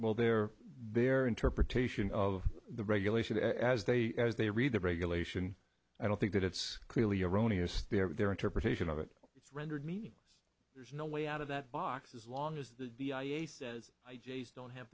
well there their interpretation of the regulation as they as they read the regulation i don't think that it's clearly erroneous their interpretation of it it's rendered meaningless there's no way out of that box as long as the d i s says i js don't have